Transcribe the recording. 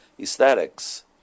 Aesthetics